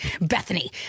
Bethany